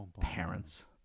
Parents